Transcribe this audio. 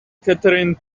catherine